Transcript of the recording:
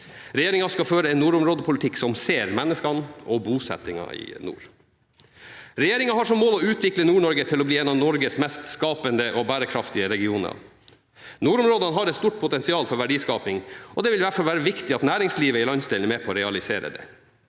Regjeringen skal føre en nordområdepolitikk som ser menneskene og bosettingen i nord. Regjeringen har som mål å utvikle Nord-Norge til å bli en av Norges mest skapende og bærekraftige regioner. Nordområdene har et stort potensial for verdiskaping, og det vil derfor være viktig at næringslivet i landsdelen er med på å realisere dette.